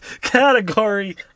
category